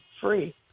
free